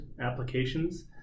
applications